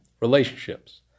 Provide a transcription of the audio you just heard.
relationships